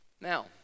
Now